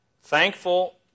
thankful